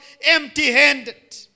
empty-handed